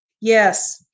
Yes